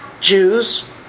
Jews